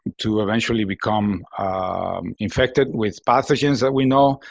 to eventually become infected with pathogens that we know.